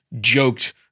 joked